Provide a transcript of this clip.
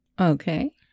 Okay